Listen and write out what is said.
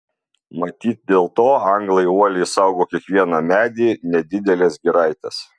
matyt dėl to anglai uoliai saugo kiekvieną medį nedideles giraites